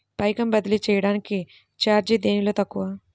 పైకం బదిలీ చెయ్యటానికి చార్జీ దేనిలో తక్కువ?